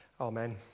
Amen